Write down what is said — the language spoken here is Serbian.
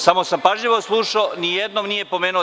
Samo sam pažljivo slušao, nijednom nije pomenuo DS.